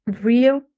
real